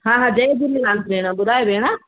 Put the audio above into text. हा हा जय झुलेलाल भेण ॿुधायो भेण